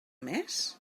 més